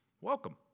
Welcome